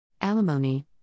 alimony